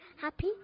happy